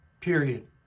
period